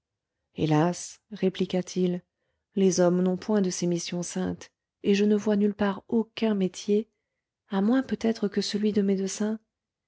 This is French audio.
hélas répliqua-t-il les hommes n'ont point de ces missions saintes et je ne vois nulle part aucun métier à moins peutêtre que celui de médecin